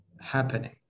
happening